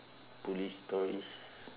police stories